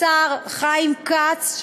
לשר חיים כץ,